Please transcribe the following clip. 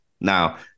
Now